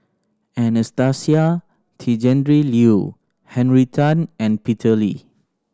Anastasia Tjendri Liew Henry Tan and Peter Lee